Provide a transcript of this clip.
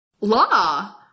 law